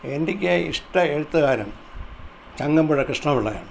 എനിക്ക് ഇഷ്ട എഴുത്തുകാരൻ ചങ്ങമ്പുഴ കൃഷ്ണപിള്ളയാണ്